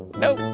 no